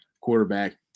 quarterback